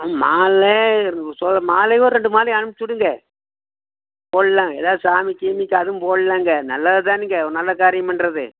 மாலை மாலையே ஒரு ரெண்டு மாலை அனுப்பிச்சிவிடுங்க போடலாம் எதாவது சாமிக்கு கீமிக்கு அதுவும் போடலாங்க நல்லது தானுங்க ஒரு நல்ல காரியம் பண்ணுறது